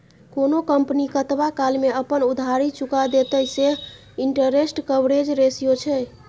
कोनो कंपनी कतबा काल मे अपन उधारी चुका देतेय सैह इंटरेस्ट कवरेज रेशियो छै